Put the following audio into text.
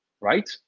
right